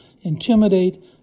intimidate